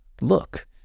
Look